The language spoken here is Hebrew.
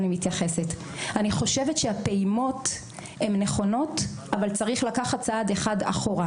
אני חושבת שהפעימות הן נכונות אבל צריך לקחת צעד אחד אחורה.